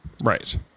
Right